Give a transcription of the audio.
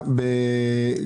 אנחנו